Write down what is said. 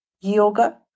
Yoga